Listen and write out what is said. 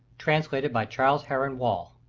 translated by charles heron wall